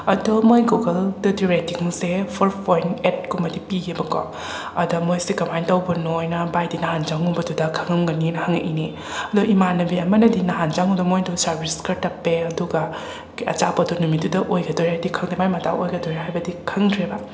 ꯑꯗꯣ ꯃꯣꯏ ꯒꯨꯒꯜꯗ ꯗꯤꯔꯦꯛ ꯔꯦꯇꯤꯡꯖꯦ ꯐꯣꯔ ꯄꯣꯏꯟꯠ ꯑꯩꯠ ꯀꯨꯝꯕꯗꯤ ꯄꯤꯌꯦꯕꯀꯣ ꯑꯗ ꯃꯣꯏꯁꯦ ꯀꯃꯥꯏ ꯇꯧꯕꯅꯣ ꯑꯅ ꯚꯥꯏꯗꯤꯅ ꯅꯍꯥꯟ ꯆꯪꯉꯨꯕꯗꯨꯗ ꯈꯪꯉꯝꯒꯅꯤꯅ ꯍꯪꯉꯛꯏꯅꯦ ꯑꯗꯣ ꯏꯃꯥꯟꯅꯕꯤ ꯑꯃꯅꯗꯤ ꯅꯍꯥꯟ ꯆꯪꯉꯨꯕꯗ ꯃꯣꯏꯗꯣ ꯁꯥꯔꯕꯤꯁ ꯈꯔ ꯇꯞꯄꯦ ꯑꯗꯨꯒ ꯑꯆꯥꯄꯣꯠꯇꯣ ꯅꯨꯃꯤꯠꯇꯨꯗ ꯑꯣꯏꯒꯗꯣꯏꯔꯗꯤ ꯈꯪꯗꯦ ꯃꯥꯏ ꯃꯗꯥꯎ ꯑꯣꯏꯒꯗꯣꯏꯔꯥ ꯍꯥꯏꯕꯗꯤ ꯈꯪꯗ꯭ꯔꯦꯕ